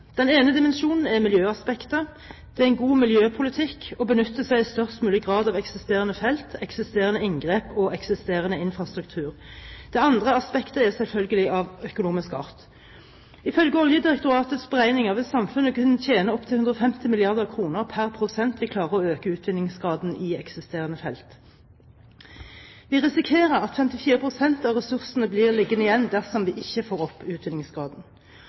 Den ene dimensjonen er miljøaspektet. Det er god miljøpolitikk å benytte seg i størst mulig grad av eksisterende felt, eksisterende inngrep og eksisterende infrastruktur. Det andre aspektet er selvfølgelig av økonomisk art. Ifølge Oljedirektoratets beregninger vil samfunnet kunne tjene opptil 150 mrd. kr per prosent vi klarer å øke utvinningsgraden i eksisterende felt. Vi risikerer at 54 pst. av ressursene blir liggende igjen dersom vi ikke får opp utvinningsgraden.